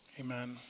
Amen